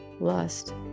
lust